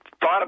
thought